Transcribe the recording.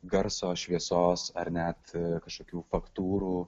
garso šviesos ar net kažkokių faktūrų